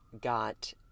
got